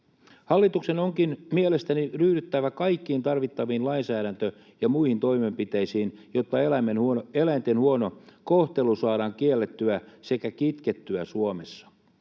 Hallituksen onkin mielestäni ryhdyttävä kaikkiin tarvittaviin lainsäädäntö- ja muihin toimenpiteisiin, jotta eläinten huono kohtelu saadaan kiellettyä sekä kitkettyä Suomessa.